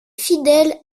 fidèle